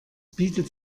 bietet